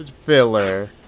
filler